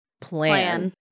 plan